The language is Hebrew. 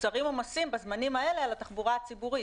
נוצרים עומסים בזמנים האלה על התחבורה הציבורית.